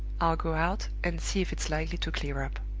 i'll go out, and see if it's likely to clear up.